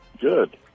Good